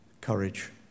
courage